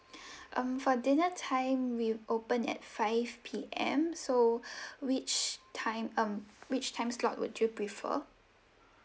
um for dinner time we open at five P_M so which time um which time slot would you prefer